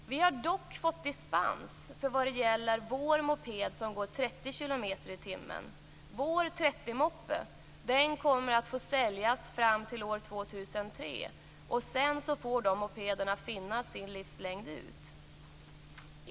Vi har dock fått dispens när det gäller vår moped som får köras i 30 kilometer i timmen. Vår 30-moppe kommer att få säljas fram till år 2003, och sedan får dessa mopeder finnas kvar under sin livslängd.